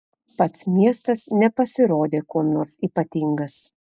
pats miestas nepasirodė kuom nors ypatingas